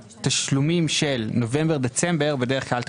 תשלומים של נובמבר דצמבר בדרך כלל אתה